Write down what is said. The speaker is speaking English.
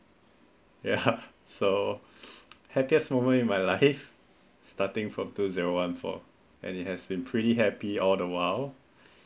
ya so happiest moment in my life starting from two zero one four and it has been pretty happy all the while